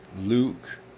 Luke